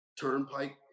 Turnpike